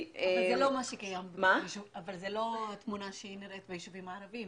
זה לא התמונה שנראית ביישובים הערבים.